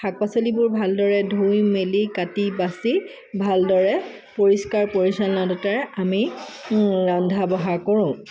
শাক পাচলিবোৰ ভালদৰে ধুই মেলি কাটি বাচি ভালদৰে পৰিষ্কাৰ পৰিচ্ছন্নতাৰে আমি ৰন্ধা বঢ়া কৰোঁ